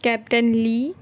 captain lee